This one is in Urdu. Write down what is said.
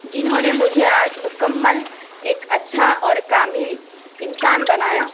جنہوں نے مجھے آج مکمّل ایک اچھا اور کامل انسان بنایا